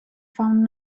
found